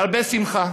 בהרבה שמחה,